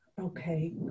Okay